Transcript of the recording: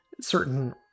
certain